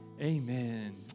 Amen